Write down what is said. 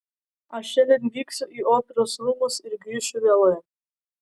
aš šiandien vyksiu į operos rūmus ir grįšiu vėlai